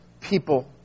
people